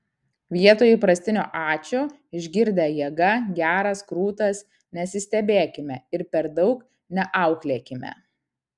vietoje įprastinio ačiū išgirdę jėga geras krūtas nesistebėkime ir per daug neauklėkime